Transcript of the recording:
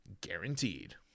guaranteed